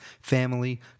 family